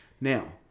Now